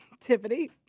Tiffany